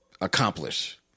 accomplish